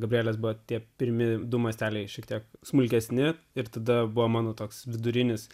gabrielės buvo tie pirmi du masteliai šiek tiek smulkesni ir tada buvo mano toks vidurinis